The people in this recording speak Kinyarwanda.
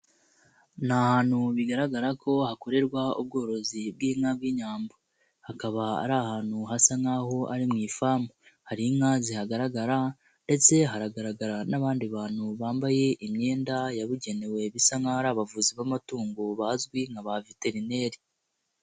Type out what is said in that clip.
Ni ahantu bigaragara ko hakorerwa ubworozi bw'inka bw'inyambo, hakaba ari ahantu hasa nk'aho ari mu ifamu, hari inka zihagaragara ndetse haragaragara n'abandi bantu bambaye imyenda yabugenewe bisa nk'aho ari abavuzi b'amatungo bazwi nka ba veterineri.